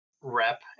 rep